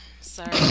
sorry